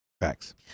Facts